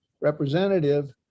representative